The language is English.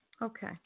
Okay